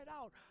out